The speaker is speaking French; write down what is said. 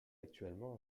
actuellement